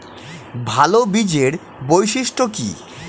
ভাল বীজের বৈশিষ্ট্য কী?